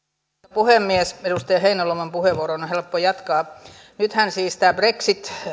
puhemies edustaja heinäluoman puheenvuorosta on helppo jatkaa nythän siis tämä brexit